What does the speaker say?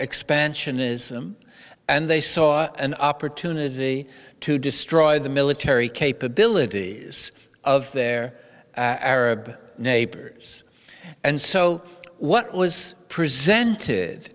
expansionism and they saw an opportunity to destroy the military capabilities of their arab neighbors and so what was presented